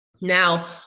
Now